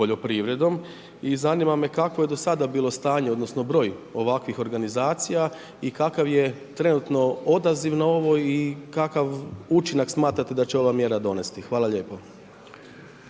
poljoprivredom. I zanima me kako je do sada bilo stanje odnosno, broj ovakvih organizacija i kakav je trenutno odaziv na ovo i kakav učinak smatrate da će ova mjera donesti. Hvala lijepo.